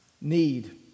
need